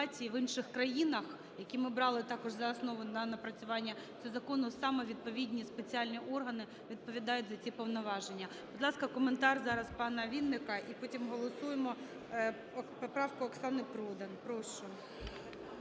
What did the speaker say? в інших країнах, які ми брали також за основу для напрацювання цього закону, саме відповідні спеціальні органи відповідають за ці повноваження. Будь ласка, коментар зараз пана Вінника, і потім голосуємо поправку Оксани Продан. Прошу.